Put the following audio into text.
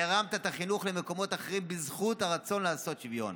והרמת את החינוך למקומות אחרים בזכות הרצון לעשות שוויון.